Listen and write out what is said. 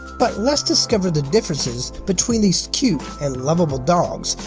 but, let's discover the differences between these two cute and lovable dogs,